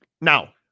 now